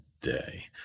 day